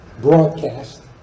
broadcast